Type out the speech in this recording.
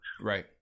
Right